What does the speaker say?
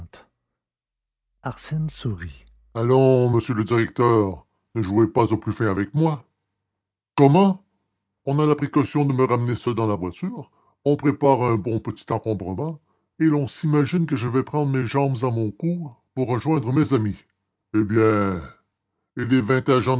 sourit allons monsieur le directeur ne jouez pas au plus fin avec moi comment on a la précaution de me ramener seul dans la voiture on prépare un bon petit encombrement et l'on s'imagine que je vais prendre mes jambes à mon cou pour rejoindre mes amis eh bien et les